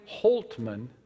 Holtman